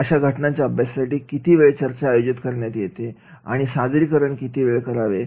अशा घटनांच्या अभ्यासासाठी किती वेळ चर्चा आयोजित करण्यात येते आणि सादरीकरण किती वेळ करावे